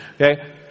Okay